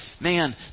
man